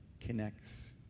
connects